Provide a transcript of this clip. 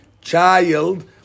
child